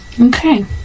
Okay